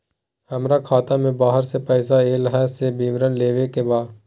हमरा खाता में बाहर से पैसा ऐल है, से विवरण लेबे के बा?